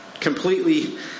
completely